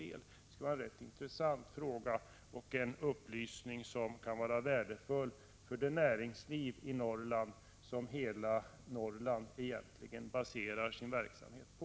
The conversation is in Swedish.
Det skulle vara intressant att få svar på den frågan — en upplysning som kan vara värdefull för det näringsliv i Norrland som hela Norrland egentligen baserar sin verksamhet på.